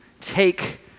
take